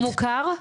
והוא מוכר?